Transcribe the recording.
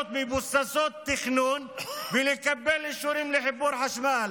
מבוססות תכנון ולקבל אישורים לחיבור חשמל.